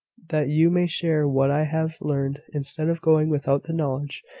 that you may share what i have learned, instead of going without the knowledge,